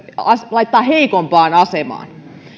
laittaa heikompaan asemaan